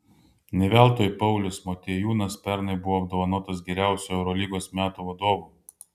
ne veltui paulius motiejūnas pernai buvo apdovanotas geriausiu eurolygos metų vadovu